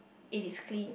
it is clean